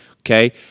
okay